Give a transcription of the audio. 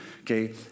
okay